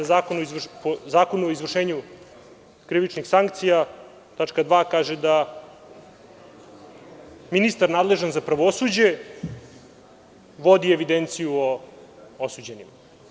U zakonu o izvršenju krivičnih sankcija, tačka 2, kaže da ministar nadležan za pravosuđe vodi evidenciju o osuđenima.